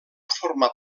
formar